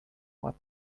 what